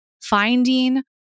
finding